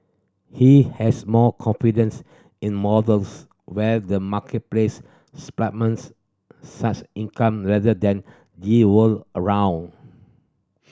he has more confidence in models where the marketplace supplements such income rather than they were around